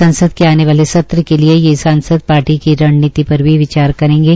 संसद के आने वाले सत्र के लिये ये सांसद पार्टी की रणनीति पर भी विचार करेंगे